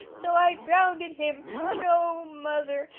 so i drownded him and, oh mother,